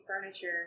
furniture